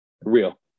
real